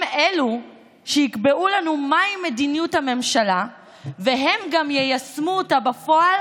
הם אלו שיקבעו לנו מהי מדיניות הממשלה והם גם יישמו אותה בפועל,